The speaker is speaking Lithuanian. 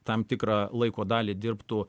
tam tikrą laiko dalį dirbtų